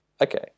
Okay